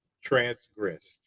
transgressed